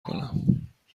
کنم